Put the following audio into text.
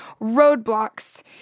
roadblocks